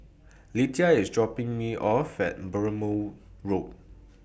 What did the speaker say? Letitia IS dropping Me off At Burmah Road